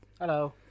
Hello